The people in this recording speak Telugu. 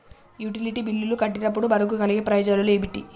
యుటిలిటీ బిల్లులు కట్టినప్పుడు మనకు కలిగే ప్రయోజనాలు ఏమిటి?